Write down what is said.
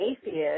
atheist